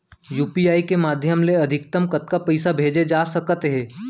UPI के माधयम ले अधिकतम कतका पइसा भेजे जाथे सकत हे?